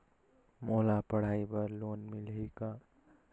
मोला पढ़ाई बर लोन मिलही का?